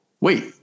wait